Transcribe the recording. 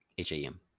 H-A-M